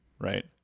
right